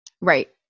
Right